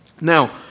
Now